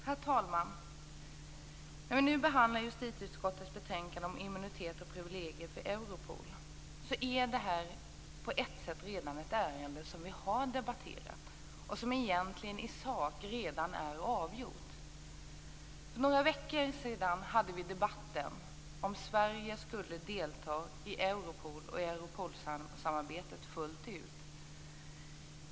Herr talman! Justitieutskottets betänkande om immunitet och privilegier för Europol är på ett sätt ett ärende som vi redan har debatterat och som egentligen i sak redan är avgjort. För några veckor sedan debatterade vi förslaget om att Sverige skall delta i Europolsamarbetet fullt ut.